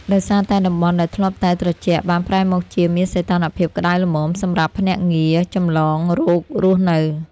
ដោយសារតែតំបន់ដែលធ្លាប់តែត្រជាក់បានប្រែមកជាមានសីតុណ្ហភាពក្ដៅល្មមសម្រាប់ភ្នាក់ងារចម្លងរោគរស់នៅ។